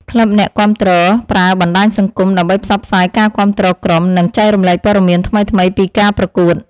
ក្លឹបអ្នកគាំទ្រប្រើបណ្តាញសង្គមដើម្បីផ្សព្វផ្សាយការគាំទ្រក្រុម និងចែករំលែកព័ត៌មានថ្មីៗពីការប្រកួត។